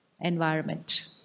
Environment